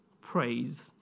praise